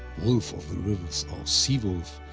wolf of the rivers or seawolf,